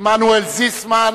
עמנואל זיסמן,